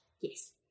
Yes